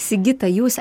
sigita jūs